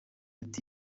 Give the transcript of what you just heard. ati